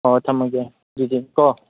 ꯑꯣ ꯊꯝꯃꯒꯦ ꯑꯗꯨꯗꯤ ꯀꯣ